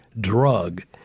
drug